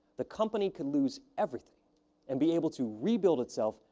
the company could lose everything and be able to rebuild itself,